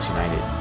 United